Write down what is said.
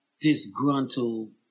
disgruntled